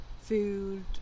food